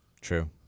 True